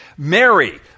Mary